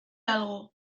algo